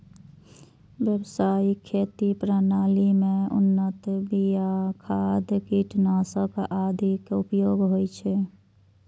व्यावसायिक खेती प्रणाली मे उन्नत बिया, खाद, कीटनाशक आदिक उपयोग होइ छै